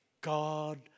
God